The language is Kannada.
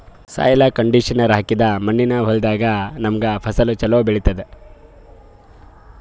ಸಾಯ್ಲ್ ಕಂಡಿಷನರ್ ಹಾಕಿದ್ದ್ ಮಣ್ಣಿನ್ ಹೊಲದಾಗ್ ನಮ್ಗ್ ಫಸಲ್ ಛಲೋ ಬೆಳಿತದ್